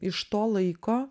iš to laiko